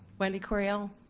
wendy coreal,